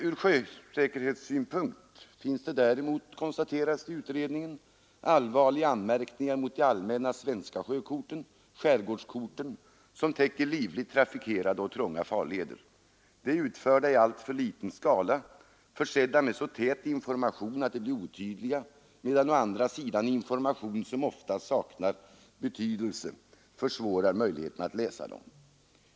Ur sjösäkerhetssynpunkt finns det däremot, konstaterar utredningen, allvarliga anmärkningar mot de allmänna svenska sjökorten, skärgårdskorten, som täcker livligt trafikerade och trånga farleder. De är utförda i alltför liten skala och försedda med så tät information att de blir otydliga — information som saknar betydelse minskar nämligen ofta möjligheterna att läsa dem.